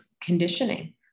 conditioning